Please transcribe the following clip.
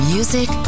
Music